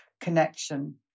Connection